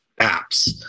apps